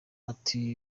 ati